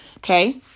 Okay